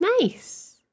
Nice